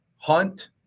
Hunt